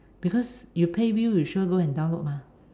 because you pay bills you sure go and download mah